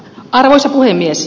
arvoisa puhemies